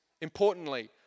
importantly